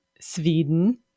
Sweden